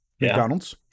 McDonald's